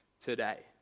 today